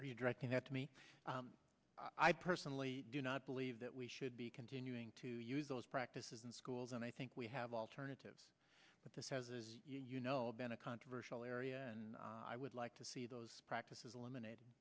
are you directing that to me i personally do not believe that we should be continuing to use those practices in schools and i think we have alternatives but this has been a controversial area and i would like to see those practices eliminated